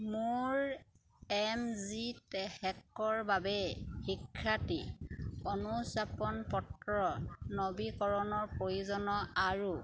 মোৰ M G Hector বাবে শিক্ষাৰ্থীৰ অনুজ্ঞা পত্ৰৰ নৱীকৰণৰ প্ৰয়োজন আৰু